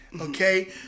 Okay